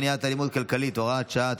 מניעת אלימות כלכלית) (הוראת שעה),